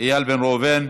איל בן ראובן,